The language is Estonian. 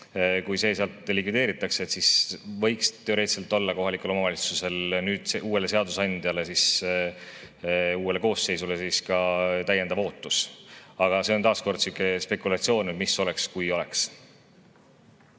kui see sealt likvideeritakse, siis võiks teoreetiliselt kohalikel omavalitsustel olla uuele seadusandjale, uuele koosseisule ka täiendav ootus. Aga see on taas kord sihuke spekulatsioon, et mis oleks, kui oleks.